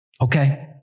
Okay